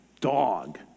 dog